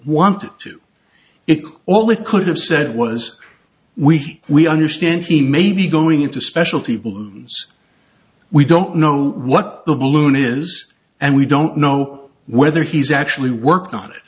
to it all it could have said was we we understand he may be going into special people we don't know what the balloon is and we don't know whether he's actually worked on it